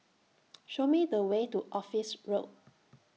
Show Me The Way to Office Road